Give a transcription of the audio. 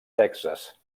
texas